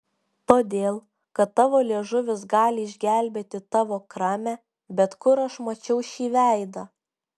todėl kad tavo liežuvis gali išgelbėti tavo kramę bet kur aš mačiau šį veidą